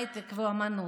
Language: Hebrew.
הייטק ואומנות.